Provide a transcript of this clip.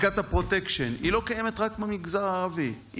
מכת הפרוטקשן לא קיימת רק במגזר הערבי,